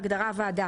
בהגדרה "הוועדה",